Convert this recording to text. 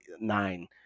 nine